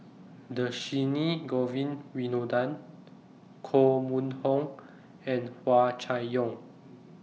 Dhershini Govin Winodan Koh Mun Hong and Hua Chai Yong